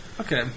Okay